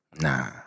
Nah